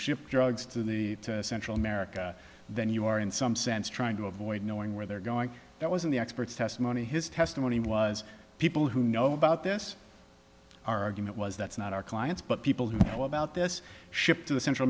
ship drugs to central america then you are in some sense trying to avoid knowing where they're going that was in the experts testimony his testimony was people who know about this argument was that's not our clients but people who know about this ship to the central